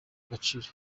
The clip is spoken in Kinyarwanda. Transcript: agaciro